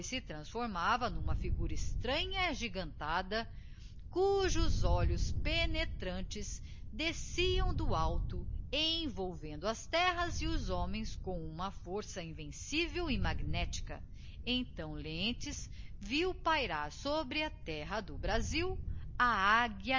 transformava n'uma figura extranha e agigantada cujos olhos penetrantes desciam do alto envolvendo as terras e os homens com uma força invencível e magnética então lentz viu pairar sobre a terra do brasil